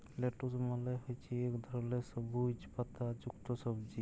lettuce মালে হছে ইক ধরলের সবুইজ পাতা যুক্ত সবজি